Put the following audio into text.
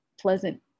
pleasant